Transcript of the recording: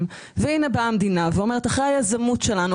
והנה באה המדינה ואומרת אחרי היזמות שלנו,